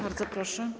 Bardzo proszę.